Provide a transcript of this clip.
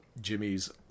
Jimmy's